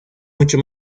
mucho